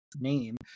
name